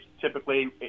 typically